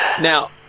Now